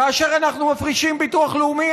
כאשר אנחנו מפרישים לביטוח לאומי,